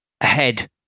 ahead